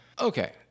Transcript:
Okay